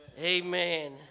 Amen